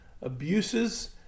abuses